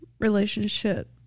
relationship